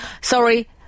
Sorry